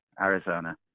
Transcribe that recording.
Arizona